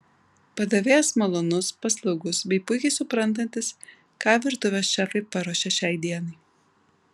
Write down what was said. padavėjas malonus paslaugus bei puikiai suprantantis ką virtuvės šefai paruošė šiai dienai